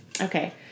okay